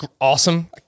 awesome